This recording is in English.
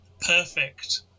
perfect